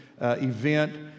event